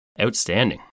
Outstanding